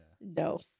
no